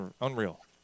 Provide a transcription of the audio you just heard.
Unreal